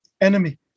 enemy